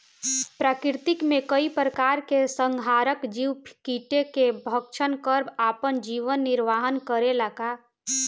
प्रकृति मे कई प्रकार के संहारक जीव कीटो के भक्षन कर आपन जीवन निरवाह करेला का?